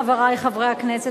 חברי חברי הכנסת,